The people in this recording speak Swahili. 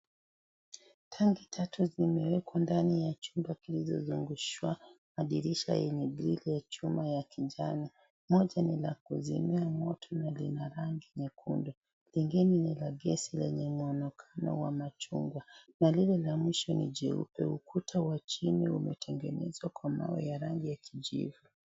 Tanki tatu zimewekwa ndani ya chuma kilichozungushwa na dirisha yenye grili ya chuma ya kijani , moja ni la kuizimia moto na lina rangi nyekundu , lingine ni la gesi lenye mwonekano wa machungwa na lile la mwisho ni jeupe . Ukuta wa chini umetengenezwa kwa mawe ya rangi ya kijivu .